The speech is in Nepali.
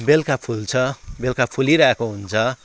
बेलुका फुल्छ बेलुका फुलिरहेको हुन्छ